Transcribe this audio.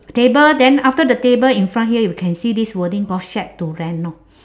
table then after the table in front here you can see this wording called shack to rent lor